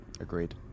Agreed